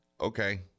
okay